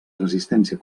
resistència